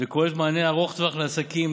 וכוללת מענה ארוך טווח לעסקים,